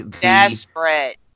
Desperate